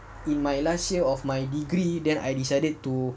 in my last year of my degree then I decided to